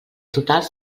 totals